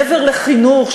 מעבר לחינוך,